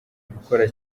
gukora